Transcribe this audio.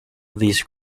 these